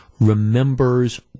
remembers